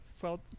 felt